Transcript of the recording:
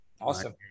Awesome